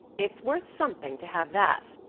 it's worth something to have that,